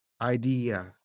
idea